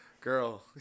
girl